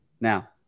Now